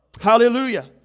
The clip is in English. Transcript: Hallelujah